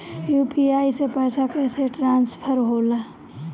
UPI से पैसा कैसे ट्रांसफर होला?